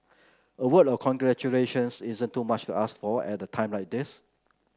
a word of congratulations isn't too much to ask for at a time like this